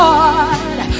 Lord